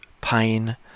pain